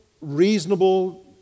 reasonable